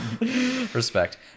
Respect